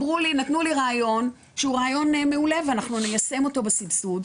נתנו לי רעיון שהוא רעיון מעולה ואנחנו ניישם אותו בסבסוד.